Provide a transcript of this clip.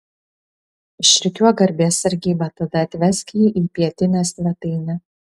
išrikiuok garbės sargybą tada atvesk jį į pietinę svetainę